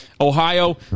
Ohio